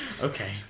Okay